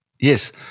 Yes